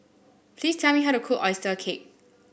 please tell me how to cook oyster cake